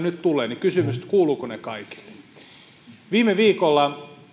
nyt tulee ja kysymys on siitä kuuluvatko ne kaikille viime viikolla